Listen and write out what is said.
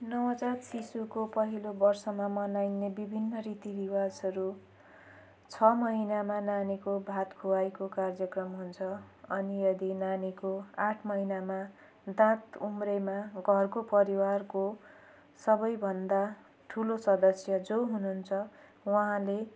नवजात शिशुको पहिलो वर्षमा मनाइने विभिन्न रीतिरिवाजहरू छ महिनामा नानीको भात खुवाइको कार्यक्रम हुन्छ अनि यदि नानीको आठ महिनामा दाँत उम्रेमा घरको परिवारको सबभन्दा ठुलो सदस्य जो हुनु हुन्छ उहाँले